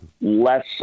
less